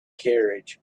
carriage